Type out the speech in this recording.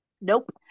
Nope